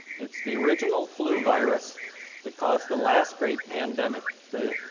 it's the original flu virus that caused the last great pandemic, the